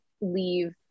leave